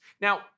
Now